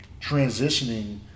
transitioning